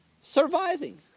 Surviving